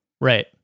right